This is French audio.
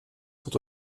sont